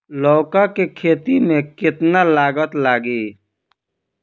लौका के खेती में केतना लागत लागी?